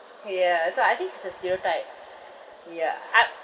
ya so I think it's a stereotype ya I